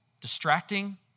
distracting